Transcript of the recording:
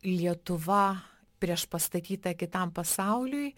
lietuva priešpastatyta kitam pasauliui